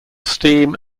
steam